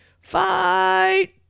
fight